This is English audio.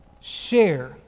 share